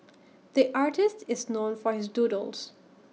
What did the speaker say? the artist is known for his doodles